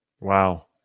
wow